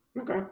okay